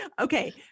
Okay